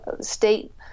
state